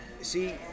See